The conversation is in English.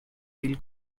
feel